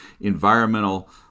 environmental